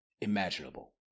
imaginable